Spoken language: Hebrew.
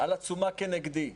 על עצומה כנגדי.